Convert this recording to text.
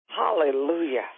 Hallelujah